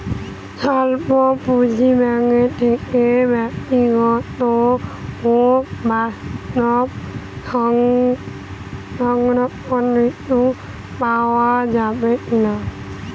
স্বল্প পুঁজির ব্যাঙ্ক থেকে ব্যক্তিগত ও ব্যবসা সংক্রান্ত ঋণ পাওয়া যাবে কিনা?